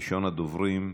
ראשון הדוברים.